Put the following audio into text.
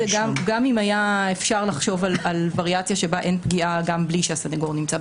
גם אם היה אפשר לחשוב על וריאציה בה אין פגיעה גם בלי שהסניגור נמצא.